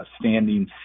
standing